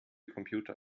computer